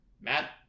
Matt